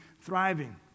thriving